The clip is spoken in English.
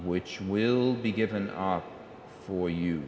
which will be given off for you